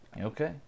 Okay